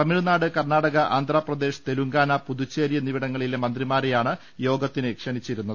തമിഴ്നാട് കർണാടക ആന്ധ്രാപ്രദേശ് തെലുങ്കാന പുതുച്ചേരി എന്നിവിടങ്ങളിലെ മന്ത്രിമാരെയാണ് യോഗത്തിന് ക്ഷണിച്ചിരുന്നത്